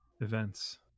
events